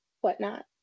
whatnot